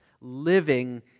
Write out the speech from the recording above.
living